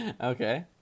okay